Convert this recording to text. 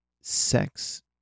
Sex